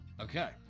Okay